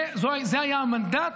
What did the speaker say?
זה היה המנדט,